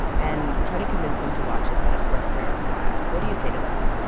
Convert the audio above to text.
and try to convince them to watch it, that it's worth their while? what do you say to them?